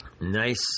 nice